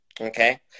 Okay